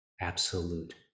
absolute